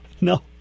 no